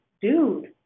dude